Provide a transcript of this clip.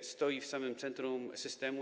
stoi w samym centrum systemu.